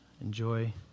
enjoy